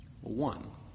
One